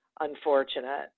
unfortunate